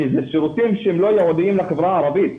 שזה שירותים שהם לא ייעודיים לחברה הערבית.